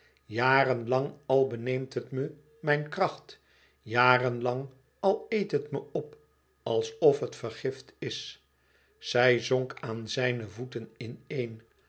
jaren lang al beneemt het me mijn kracht jaren lang al eet het me op alsof het vergift is zij zonk aan zijne voeten ineen